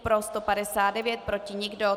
Pro 159, proti nikdo.